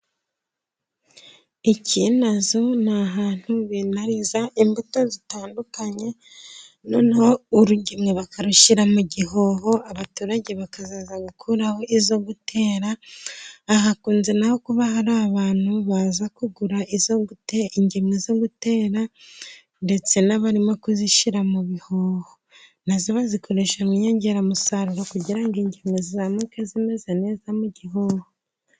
Ikinazo ni ahantu binariza imbuto zitandukanye, noneho urugemwe bakarushyira mu gihoho. Abaturage bakazaza gukuraho izo gutera. Aha hakunze na ho kuba hari abantu baza kugura izo gutera, ingemwe zo gutera. ndetse n'abarimo kuzishyira mu bihoho. Na zo bazikoreshamo inyongeramusaruro kugira ngo ingemwe zizamuke zimeze neza mu gihoho.